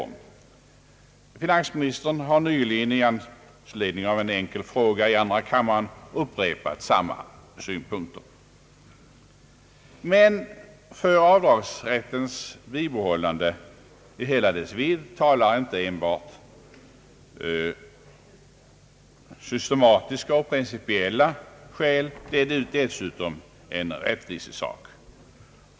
Finansministern har nyligen med anledning av enkel fråga i andra kammaren upprepat samma synpunkter. För avdragsrättens bibehållande i hela dess vidd talar inte enbart systematiska och principiella skäl. Härtill kommer rättviseskäl.